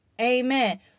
Amen